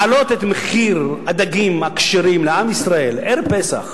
להעלות את מחיר הדגים הכשרים לעם ישראל ערב פסח,